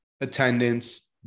attendance